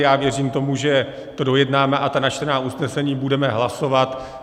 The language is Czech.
Já věřím tomu, že to dojednáme a načtená usnesení budeme hlasovat.